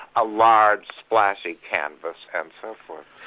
a large splashy canvas and so forth.